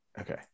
Okay